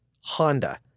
Honda